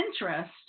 interest